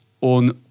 on